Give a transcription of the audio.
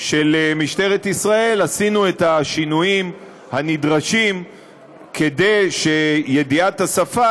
של משטרת ישראל עשינו את השינויים הנדרשים כדי שידיעת השפה